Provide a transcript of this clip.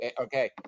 Okay